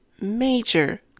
major